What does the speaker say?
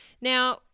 Now